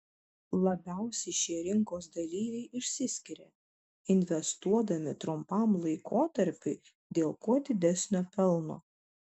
labiausiai šie rinkos dalyviai išsiskiria investuodami trumpam laikotarpiui dėl kuo didesnio pelno